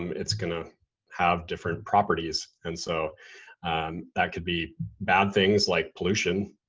um it's gonna have different properties. and so that could be bad things like pollution.